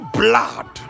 blood